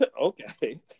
Okay